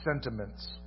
sentiments